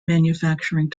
manufacturing